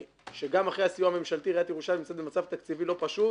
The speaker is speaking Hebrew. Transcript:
שגם אחרי הסיוע הממשלתי עיריית ירושלים נמצאת במצב תקציבי לא פשוט.